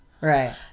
Right